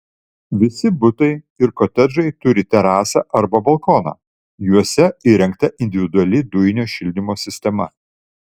visi butai ir kotedžai turi terasą arba balkoną juose įrengta individuali dujinio šildymo sistema